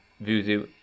Voodoo